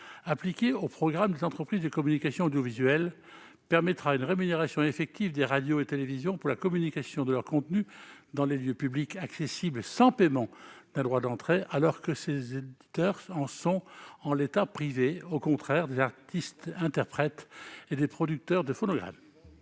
appliqué aux programmes des entreprises de communication audiovisuelle garantira une rémunération effective des radios et des télévisions en cas de diffusion de leurs contenus dans les lieux publics accessibles sans paiement d'un droit d'entrée. Aujourd'hui, ces éditeurs en sont privés, contrairement aux artistes interprètes et aux producteurs de phonogrammes.